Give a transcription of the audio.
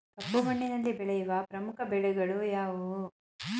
ಕಪ್ಪು ಮಣ್ಣಿನಲ್ಲಿ ಬೆಳೆಯುವ ಪ್ರಮುಖ ಬೆಳೆಗಳು ಯಾವುವು?